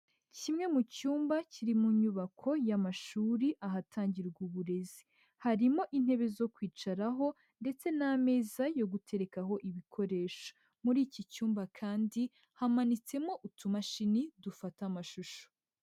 Kimwe mu cyumba kiri mu nyubako y'amashuri ahatangirwa uburezi, harimo intebe zo kwicaraho ndetse n'ameza yo guterekaho ibikoresho. Muri iki cyumba kandi hamanitsemo utumashini dufata amashusho.